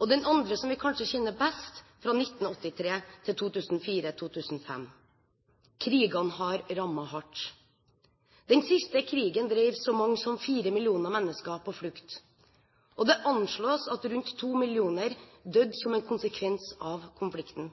og den andre, som vi kanskje kjenner best, fra 1983 til 2004–2005. Krigene har rammet hardt. Den siste krigen drev så mange som fire millioner mennesker på flukt, og det anslås at rundt to millioner døde som en konsekvens av konflikten